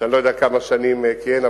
שאני לא יודע כמה שנים כיהן,